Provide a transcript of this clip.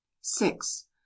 six